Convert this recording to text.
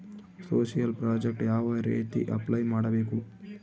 Social project ಯಾವ ರೇತಿ apply ಮಾಡಬೇಕು?